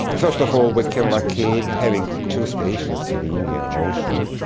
first of all we can locate, having two stations in the indian ocean.